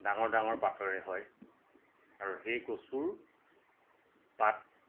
ডাঙৰ ডাঙৰ পাতেৰে হয় আৰু সেই কচুৰ পাত